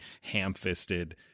ham-fisted